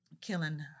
killing